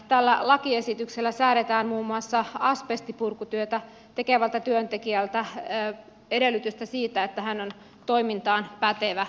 tällä lakiesityksellä säädetään muun muassa asbestipurkutyötä tekevälle työntekijälle edellytys siitä että hän on toimintaan pätevä